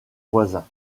voisins